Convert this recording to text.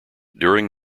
during